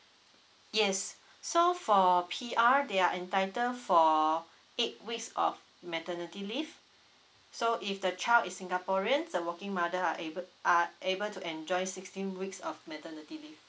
yes so for P_R they're entitled for eight weeks of maternity leave so if the child is singaporeans the working mother are ab~ are able to enjoy sixteen weeks of maternity leave